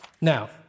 Now